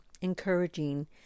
encouraging